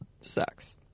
sucks